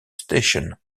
station